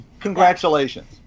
congratulations